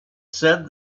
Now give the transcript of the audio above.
said